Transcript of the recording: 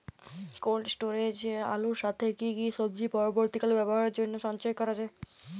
Cold স্টোরেজে আলুর সাথে কি কি সবজি পরবর্তীকালে ব্যবহারের জন্য সঞ্চয় করা যায়?